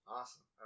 Awesome